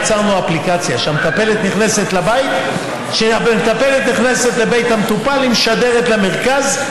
יצרנו אפליקציה: כשהמטפלת נכנסת לבית המטופל היא משדרת למרכז,